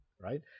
right